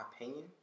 opinion